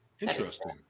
Interesting